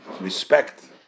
respect